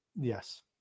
yes